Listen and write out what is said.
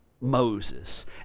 Moses